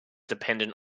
dependent